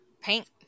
paint